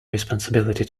responsibility